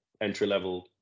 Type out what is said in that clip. entry-level